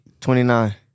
29